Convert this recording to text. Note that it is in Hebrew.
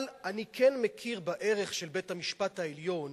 אבל אני כן מכיר בערך של בית-המשפט העליון